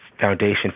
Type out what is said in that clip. foundation